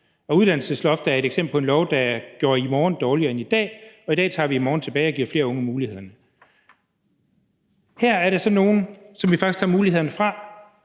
uddannelsesloftet er et eksempel på en lov, der gjorde i morgen dårligere end i dag; og i dag tager vi i morgen tilbage og giver flere unge mulighederne. Her er der så nogle, som vi faktisk tager muligheder fra.